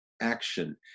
Action